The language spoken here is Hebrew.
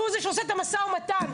שהוא זה שעושה את המשא ומתן,